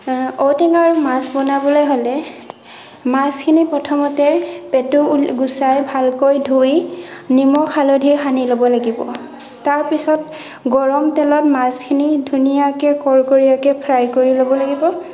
ঔটেঙা আৰু মাছ বনাবলৈ হ'লে মাছখিনি প্ৰথমতে পেটু গুচাই ভালকৈ ধুই নিমখ হালধি সানি ল'ব লাগিব তাৰ পিছত গৰম তেলত মাছখিনি ধুনীয়াকৈ কৰকৰীয়াকৈ ফ্ৰাই কৰি ল'ব লাগিব